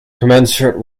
commensurate